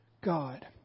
God